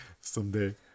Someday